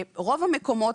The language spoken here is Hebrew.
רוב המקומות,